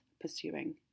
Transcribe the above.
pursuing